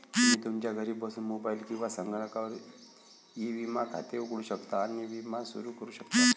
तुम्ही तुमच्या घरी बसून मोबाईल किंवा संगणकावर ई विमा खाते उघडू शकता आणि विमा सुरू करू शकता